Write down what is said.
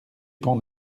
pont